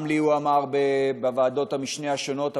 גם לי הוא אמר בוועדות המשנה השונות,